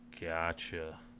Gotcha